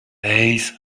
eyes